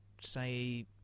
say